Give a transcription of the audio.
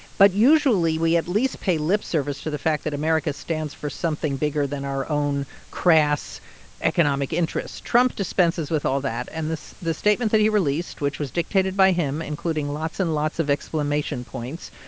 but usually, we at least pay lip service to the fact that america stands for something bigger than our own crass economic interests. trump dispenses with all that. and the statement that he released, which was dictated by him, including lots and lots of exclamation points,